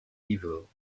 evil